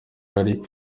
hari